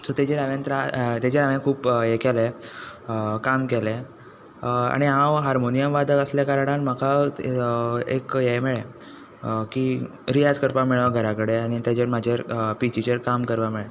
so तेजेर हांवें त्रा तेजे हांवें खूब हें केलें काम केलें आनी हांव हार्मोनियम वादक आसल्या कारणान म्हाका एक हें मेळ्ळें की रियाज करपाक मेळ्ळो घरा कडेन आनी तेजे म्हाजेर पिचीचेर काम करपाक मेळें